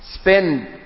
Spend